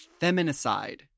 feminicide